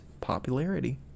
popularity